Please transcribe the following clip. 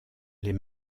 les